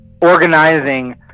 organizing